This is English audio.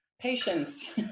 patience